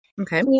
Okay